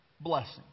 blessing